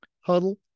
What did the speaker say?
Huddle